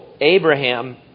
Abraham